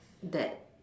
that